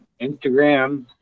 Instagram